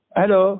Hello